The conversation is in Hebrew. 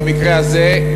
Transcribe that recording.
במקרה הזה,